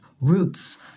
Roots